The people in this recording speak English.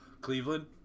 Cleveland